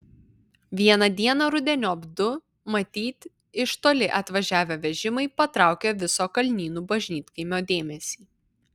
vieną dieną rudeniop du matyt iš toli atvažiavę vežimai patraukė viso kalnynų bažnytkaimio dėmesį